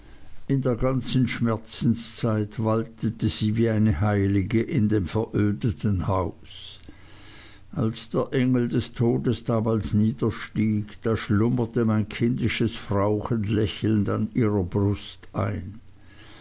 in der ganzen schmerzenszeit waltete sie wie eine heilige in dem verödeten haus als der engel des todes damals herniederstieg da schlummerte mein kindisches frauchen lächelnd an ihrer brust ein